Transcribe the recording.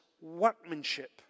workmanship